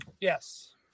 Yes